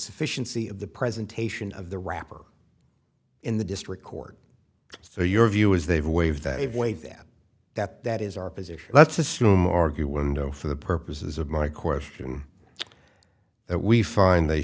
sufficiency of the presentation of the rapper in the district court so your view is they've waived that if waive that that that is our position let's assume argue window for the purposes of my question that we find they